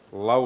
lau